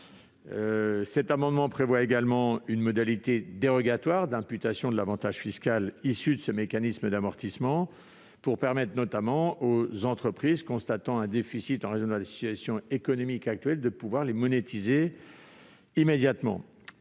cet amendement vise à prévoir une modalité dérogatoire d'imputation de l'avantage fiscal issu de ce mécanisme d'amortissement, afin de permettre aux entreprises constatant un déficit en raison de la situation économique actuelle de le monétiser immédiatement.